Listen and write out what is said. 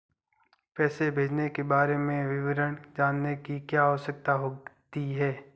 पैसे भेजने के बारे में विवरण जानने की क्या आवश्यकता होती है?